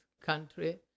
country